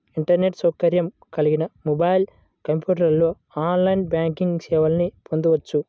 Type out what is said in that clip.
internet సౌకర్యం కలిగిన mobile, కంప్యూటర్లో ఆన్లైన్ బ్యాంకింగ్ సేవల్ని పొందొచ్చు